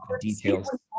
details